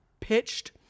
pitched